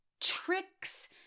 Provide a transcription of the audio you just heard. tricks